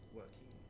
working